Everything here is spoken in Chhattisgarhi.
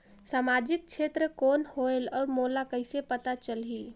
समाजिक क्षेत्र कौन होएल? और मोला कइसे पता चलही?